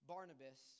Barnabas